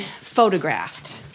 photographed